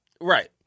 Right